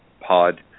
pod